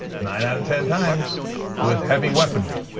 nine out of ten times with heavy weaponry.